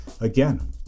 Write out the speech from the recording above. again